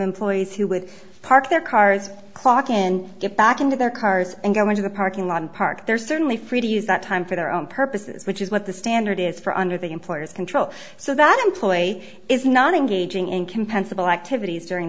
employees who with park their cars clock and get back into their cars and go into the parking lot and park there are certainly free to use that time for their own purposes which is what the standard is for under the employer's control so that employee is not engaging in compensable activities during